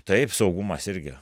taip saugumas irgi